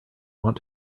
want